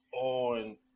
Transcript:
on